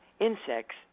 Insects